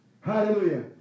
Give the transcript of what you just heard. Hallelujah